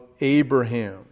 Abraham